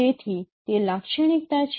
તેથી તે લાક્ષણિકતા છે